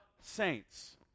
saints